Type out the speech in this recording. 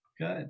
good